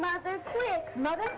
my mother